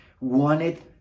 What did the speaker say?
wanted